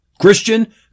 Christian